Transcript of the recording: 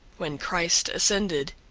when christ ascended,